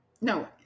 No